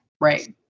Right